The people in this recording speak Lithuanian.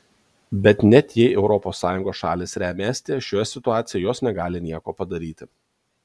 bet net jei europos sąjungos šalys remia estiją šioje situacijoje jos negali nieko padaryti